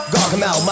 Gargamel